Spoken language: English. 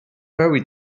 very